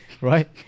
right